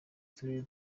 turere